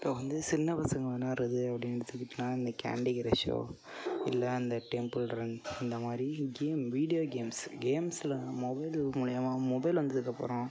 இப்போ வந்து சின்ன பசங்க விளாடுறது அப்படின் எடுத்துக்கிட்டோனா இந்த கேன்டி கிரஷ்ஷோ இல்லை அந்த டெம்புல் ரன் இந்த மாதிரி கேம் வீடியோ கேம்ஸ் கேம்ஸுலனா மொபைல் மூலைமா மொபைல் வந்ததுக்கப்புறம்